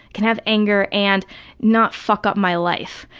can have anger and not fuck up my life.